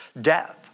death